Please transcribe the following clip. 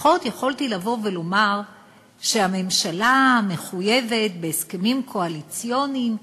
לפחות יכולתי לבוא ולומר שהממשלה מחויבת בהסכמים קואליציוניים,